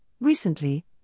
recently